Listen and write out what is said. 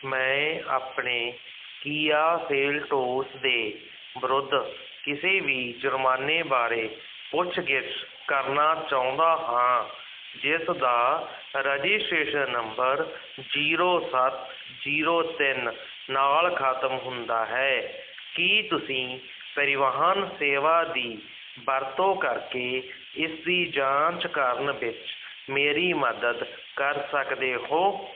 ਮੈਂ ਆਪਣੇ Kia Seltos ਦੇ ਵਿਰੁੱਧ ਕਿਸੇ ਵੀ ਜੁਰਮਾਨੇ ਬਾਰੇ ਪੁੱਛਗਿਛ ਕਰਨਾ ਚਾਹੁੰਦਾ ਹਾਂ ਜਿਸ ਦਾ ਰਜਿਸਟ੍ਰੇਸ਼ਨ ਨੰਬਰ ਜ਼ੀਰੋ ਸੱਤ ਜ਼ੀਰੋ ਤਿੰਨ ਨਾਲ ਖਤਮ ਹੁੰਦਾ ਹੈ ਕੀ ਤੁਸੀਂ ਪਰਿਵਾਹਨ ਸੇਵਾ ਦੀ ਵਰਤੋਂ ਕਰਕੇ ਇਸ ਦੀ ਜਾਂਚ ਕਰਨ ਵਿੱਚ ਮੇਰੀ ਮਦਦ ਕਰ ਸਕਦੇ ਹੋ